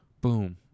Boom